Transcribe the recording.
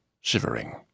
shivering